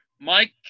Mike